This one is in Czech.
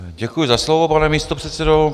Děkuji za slovo, pane místopředsedo.